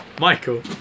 Michael